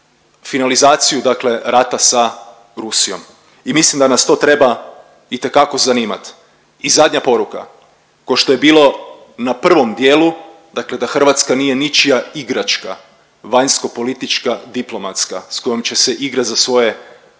u finalizaciju dakle rata sa Rusijom i mislim da nas to treba itekako zanimati. I zadnja poruka, kao što je bilo na prvom dijelu, dakle da Hrvatska nije ničija igračka, vanjskopolitička, diplomatska, s kojima će se igrat za svoje